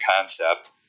concept